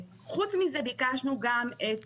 חוץ מזה ביקשנו גם את